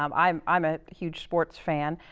um i'm i'm a huge sports fan,